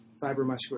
fibromuscular